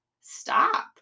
stop